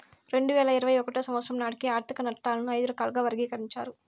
రెండు వేల ఇరవై ఒకటో సంవచ్చరం నాటికి ఆర్థిక నట్టాలను ఐదు రకాలుగా వర్గీకరించారు